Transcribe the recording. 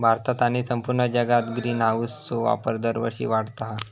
भारतात आणि संपूर्ण जगात ग्रीनहाऊसचो वापर दरवर्षी वाढता हा